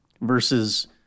versus